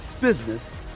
business